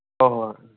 ꯍꯣꯏ ꯍꯣꯏ